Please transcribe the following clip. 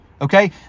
Okay